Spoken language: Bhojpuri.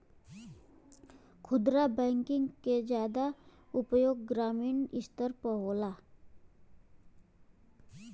खुदरा बैंकिंग के जादा उपयोग ग्रामीन स्तर पे होला